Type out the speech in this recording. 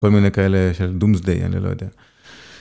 כל מיני כאלה של doomsday, אני לא יודע.